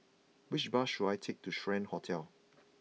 which bus should I take to Strand Hotel